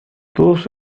todos